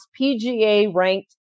PGA-ranked